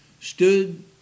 stood